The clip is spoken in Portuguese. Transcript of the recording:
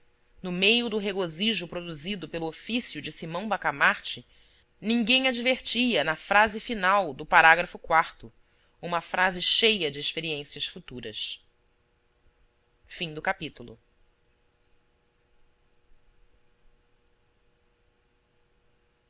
no meio do regozijo produzido pelo ofício de simão bacamarte ninguém advertia na frase final do uma frase cheia de experiências futuras capítulo xii o